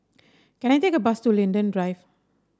can I take a bus to Linden Drive